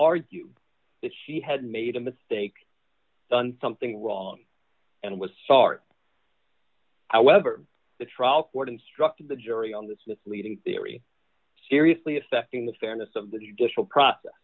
argue that she had made a mistake done something wrong and was start however the trial court instructed the jury on this misleading theory seriously affecting the fairness of the judicial process